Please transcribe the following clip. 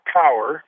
power